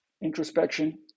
introspection